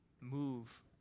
move